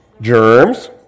Germs